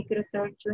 research